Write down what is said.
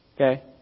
Okay